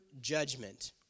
judgment